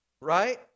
Right